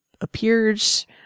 appears